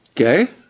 Okay